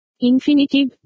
Infinitive